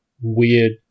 weird